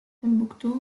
timbuktu